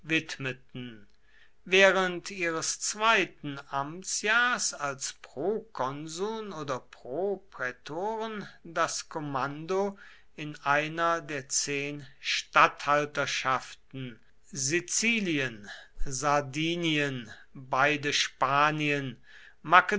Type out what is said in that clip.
widmeten während ihres zweiten amtsjahrs als prokonsuln oder proprätoren das kommando in einer der zehn statthalterschaften sizilien sardinien beiden spanien